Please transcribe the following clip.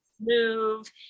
move